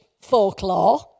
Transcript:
folklore